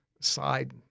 side